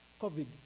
COVID